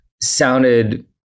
sounded